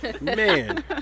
Man